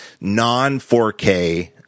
non-4K